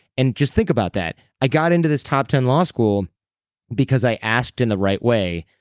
and just think about that. i got into this top ten law school because i asked in the right way.